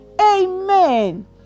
Amen